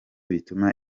bituma